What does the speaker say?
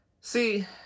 See